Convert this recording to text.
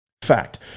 Fact